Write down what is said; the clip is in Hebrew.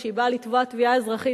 כשהיא באה לתבוע תביעה אזרחית,